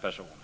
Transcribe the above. personer.